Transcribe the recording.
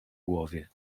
głowie